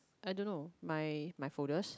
I don't know my my folders